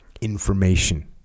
information